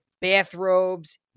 bathrobes